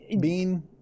Bean